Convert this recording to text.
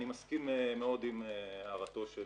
אני מסכים מאוד עם הערתו של